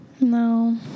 no